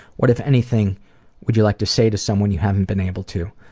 what if anything would you like to say to someone you haven't been able to?